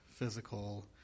physical